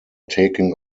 taking